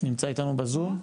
נמצא איתנו בזום?